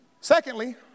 Secondly